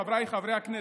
חבריי חברי הכנסת,